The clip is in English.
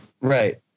Right